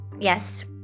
Yes